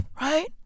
Right